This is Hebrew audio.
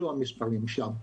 אלו המספרים שם,